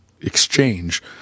exchange